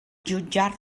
jutjar